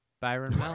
Byron